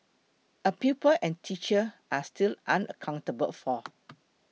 a pupil and teacher are still unaccounted for